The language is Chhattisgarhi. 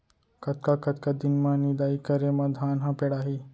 कतका कतका दिन म निदाई करे म धान ह पेड़ाही?